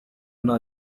nta